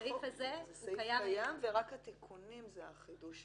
זה סעיף קטן ורק התיקונים זה החידוש.